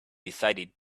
decided